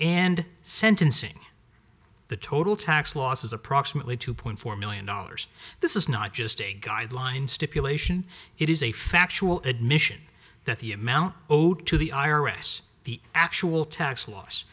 and sentencing the total tax loss is approximately two point four million dollars this is not just a guideline stipulation it is a factual admission that the amount owed to the i r s the actual tax l